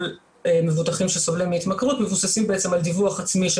מבוטחים שסובלים מהתמכרות מבוססים על דיווח עצמי של